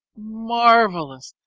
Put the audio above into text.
marvellous,